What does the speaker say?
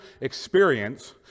experience